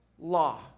law